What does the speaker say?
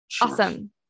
Awesome